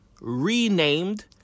renamed